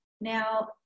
Now